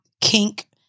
kink